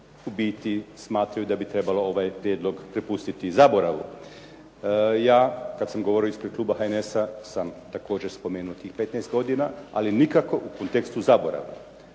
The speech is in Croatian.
u biti smatraju da bi trebalo ovaj prijedlog prepustiti zaboravu. Ja kada sam govorio ispred kluba HNS-a sam također spomenuo tih 15 godina, ali nikako u kontekstu zaborava.